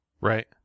Right